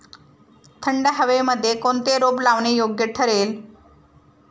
थंड हवेमध्ये कोणते रोप लावणे योग्य ठरेल?